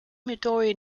midori